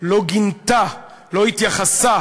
לא גינתה, לא התייחסה